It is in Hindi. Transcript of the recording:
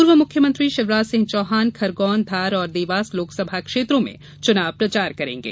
पूर्व मुख्यमंत्री शिवराज सिंह चौहान खरगौन धार और देवास लोकसभा क्षेत्रों में चुनाव प्रचार में रहेंगे